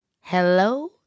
Hello